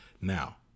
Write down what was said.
Now